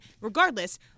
Regardless